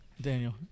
Daniel